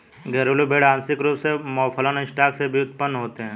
घरेलू भेड़ आंशिक रूप से मौफलन स्टॉक से व्युत्पन्न होते हैं